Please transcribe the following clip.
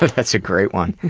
but that's a great one.